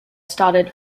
started